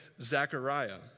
Zechariah